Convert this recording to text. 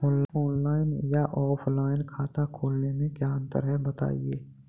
Online या offline खाता खोलने में क्या अंतर है बताएँ?